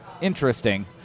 interesting